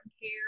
care